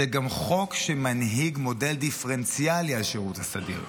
זה גם חוק שמנהיג מודל דיפרנציאלי על שירות הסדיר.